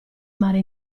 mare